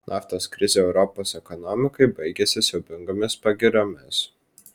naftos krizė europos ekonomikai baigėsi siaubingomis pagiriomis